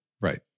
Right